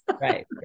Right